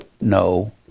no